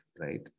right